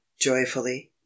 joyfully